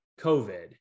COVID